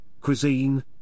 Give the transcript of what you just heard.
cuisine